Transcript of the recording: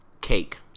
cake